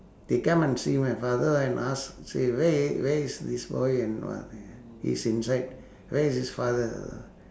they come and see my father and ask say where i~ where is this boy and all that he's inside where is his father